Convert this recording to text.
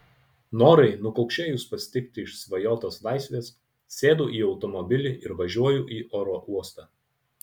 norai nukaukšėjus pasitikti išsvajotos laisvės sėdu į automobilį ir važiuoju į oro uostą